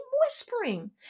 whispering